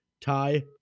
tie